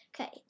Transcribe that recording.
Okay